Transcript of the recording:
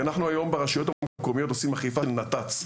כי אנחנו היום ברשויות המקומיות עושים אכיפה של נת"צ,